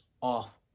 off